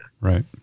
Right